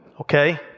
okay